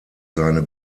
seine